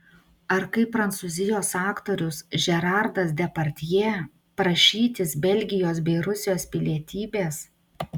ar kaip prancūzijos aktorius žeraras depardjė prašytis belgijos bei rusijos pilietybės